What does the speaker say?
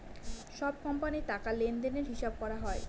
সব কোম্পানির টাকা লেনদেনের হিসাব করা হয়